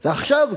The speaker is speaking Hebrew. ועכשיו,